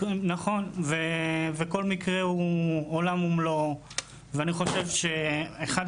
נכון וכל מקרה הוא עולם ומלואו ואני חושב שאחד